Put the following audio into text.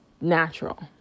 natural